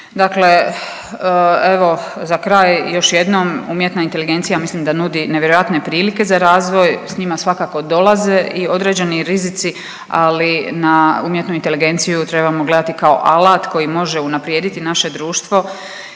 Dakle evo za kraj još jednom, umjetna inteligencija ja mislim da nudi nevjerojatne prilike za razvoj, s njima svakako dolaze i određeni rizici, ali na umjetnu inteligenciju trebamo gledati kao alat koji može unaprijediti naše društvo